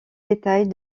détails